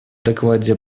докладе